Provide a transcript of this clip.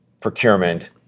procurement